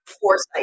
foresight